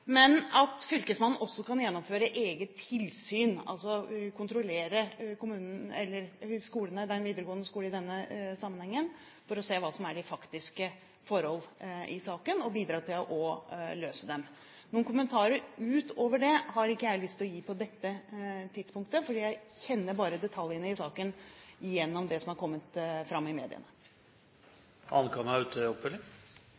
også gjennomføre eget tilsyn, altså kontrollere skolene – den videregående skolen i denne sammenheng – for å se hva som er de faktiske forhold i saken, og bidra til å løse dem. Noen kommentarer utover dette har jeg ikke lyst til å gi på dette tidspunkt, for jeg kjenner bare detaljene i saken gjennom det som har kommet fram i